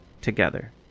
together